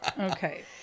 Okay